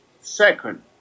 second